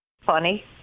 funny